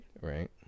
right